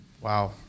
Wow